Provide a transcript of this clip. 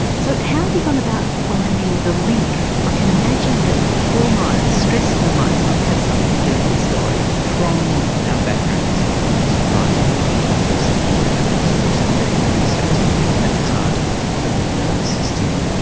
so how have you gone about finding the link? i can imagine that stress hormones must have something to do with this story. from our background it's not surprising that the first thing that we looked at was sympathetic nervous activity, that part of the nervous system.